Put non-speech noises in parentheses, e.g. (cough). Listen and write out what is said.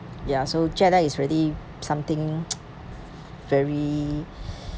ya so jet lag is really something (noise) (breath)